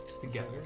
Together